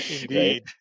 indeed